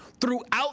throughout